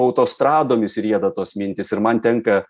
autostradomis rieda tos mintys ir man tenka